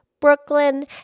Brooklyn